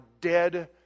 dead